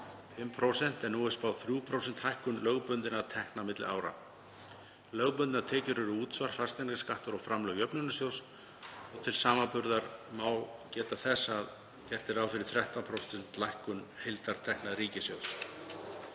5%, en nú er spáð um 3% hækkun lögbundinna tekna milli ára. Lögbundnar tekjur eru útsvar, fasteignaskattar og framlög jöfnunarsjóðs. Til samanburðar er gert ráð fyrir 13% lækkun heildartekna ríkissjóðs.